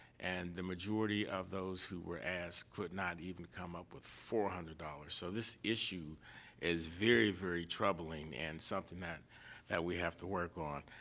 and the majority of those who were asked could not even come up with four hundred dollars. so, this issue is very, very troubling and something that that we have to work on.